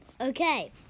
Okay